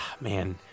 Man